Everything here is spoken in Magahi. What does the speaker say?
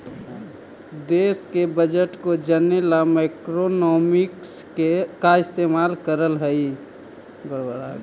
देश के बजट को जने ला मैक्रोइकॉनॉमिक्स का इस्तेमाल करल हई